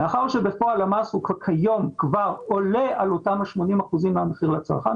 מאחר שבפועל המס כיום הוא כבר עולה על אותם ה-80 אחוזים מהמחיר לצרכן,